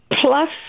plus